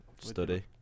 Study